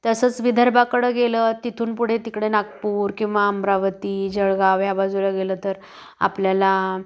तसंच विदर्भाकडं गेलं तिथून पुढे तिकडे नागपूर किंवा अमरावती जळगाव या बाजूला गेलं तर आपल्याला